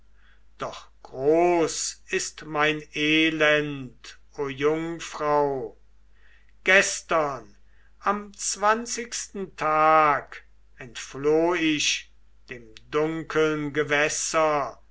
doch groß ist mein elend o jungfrau gestern am zwanzigsten tag entfloh ich dem dunkeln gewässer